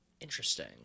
interesting